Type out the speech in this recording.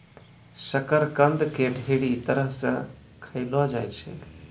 शकरकंद के ढेरी तरह से खयलो जाय छै